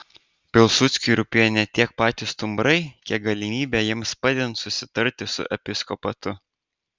pilsudskiui rūpėjo ne tiek patys stumbrai kiek galimybė jiems padedant susitarti su episkopatu